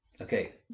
Okay